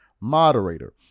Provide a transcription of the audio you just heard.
moderator